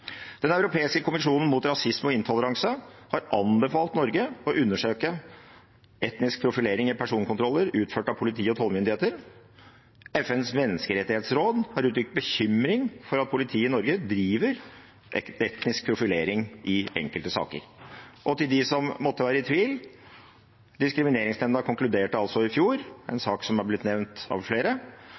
Den europeiske kommisjonen mot rasisme og intoleranse har anbefalt Norge å undersøke etnisk profilering i personkontroller utført av politi og tollmyndigheter. FNs menneskerettighetsråd har uttrykt bekymring for at politiet i Norge driver etnisk profilering i enkelte saker. Og til dem som måtte være i tvil: Diskrimineringsnemnda konkluderte altså i fjor – en sak som har blitt nevnt av flere